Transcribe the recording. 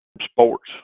Sports